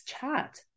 chat